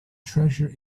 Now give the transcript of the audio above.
treasure